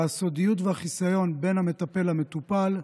והסודיות והחיסיון בין המטפל למטופל,